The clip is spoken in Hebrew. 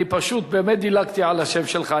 אני פשוט באמת דילגתי על השם שלך.